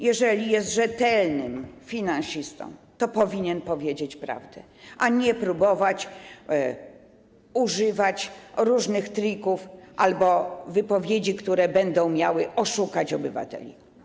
Jeżeli jest rzetelnym finansistą, to powinien powiedzieć prawdę, a nie próbować używać różnych trików albo wypowiedzi, które będą miały oszukać obywateli.